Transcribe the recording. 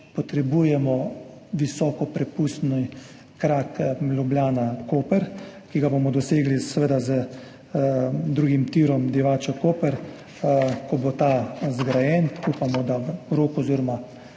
potrebujemo visokoprepustni krak Ljubljana–Koper, ki ga bomo dosegli, seveda, z drugim tirom Divača–Koper, ko bo ta zgrajen. Upamo, da v roku oziroma